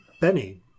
benny